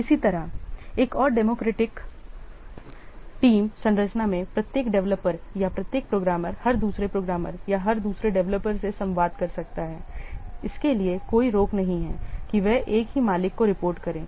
इसी तरह एक और है डेमोक्रेटिक डेमोक्रेटिक टीम संरचना में प्रत्येक डेवलपर या प्रत्येक प्रोग्रामर हर दूसरे प्रोग्रामर या हर दूसरे डेवलपर से संवाद कर सकता है इसके लिए कोई रोक नहीं है कि वे एक ही मालिक को रिपोर्ट करेंगे